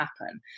happen